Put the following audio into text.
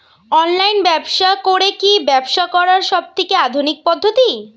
Online ব্যবসা করে কি ব্যবসা করার সবথেকে আধুনিক পদ্ধতি?